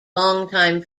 longtime